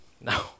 No